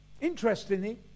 interestingly